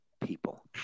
people